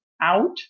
out